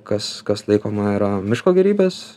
kas kas laikoma yra miško gėrybės